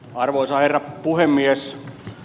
arvoisa herra puhemies